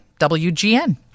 WGN